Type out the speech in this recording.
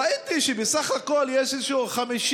ראיתי שבסך הכול יש 50,